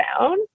down